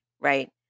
right